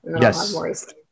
Yes